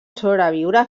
sobreviure